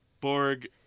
Borg